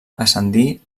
ascendí